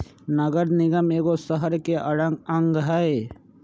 नगर निगम एगो शहरके अङग हइ